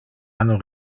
anno